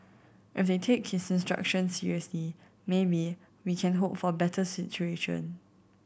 if they take his instructions seriously maybe we can hope for better situation